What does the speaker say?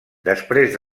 després